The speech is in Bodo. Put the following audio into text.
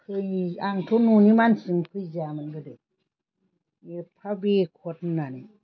दै आंथ' न'नि मानसिजों फैजायामोन गोदो एफा बेखथ होननानै